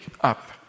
up